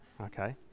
Okay